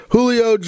Julio